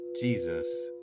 Jesus